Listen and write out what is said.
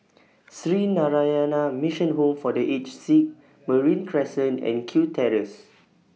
Sree Narayana Mission Home For The Aged Sick Marine Crescent and Kew Terrace